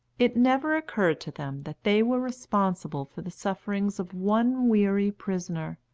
it never occurred to them that they were responsible for the sufferings of one weary prisoner,